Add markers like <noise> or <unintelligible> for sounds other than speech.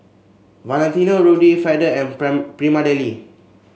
Valentino Rudy Feather and <unintelligible> Prima Deli